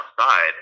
outside